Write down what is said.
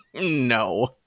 No